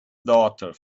daughter